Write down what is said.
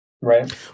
Right